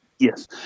Yes